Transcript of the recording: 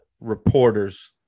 reporters